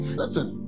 Listen